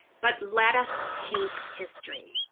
but let us paint history.